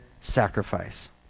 sacrifice